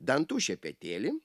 dantų šepetėlį